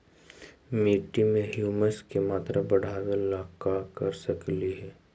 मिट्टी में ह्यूमस के मात्रा बढ़ावे ला का कर सकली हे?